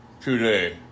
today